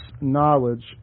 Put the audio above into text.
knowledge